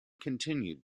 continued